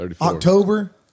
October